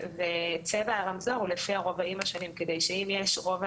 וצבע הרמזור הוא לפי הרובעים השונים כדי שאם יש רובע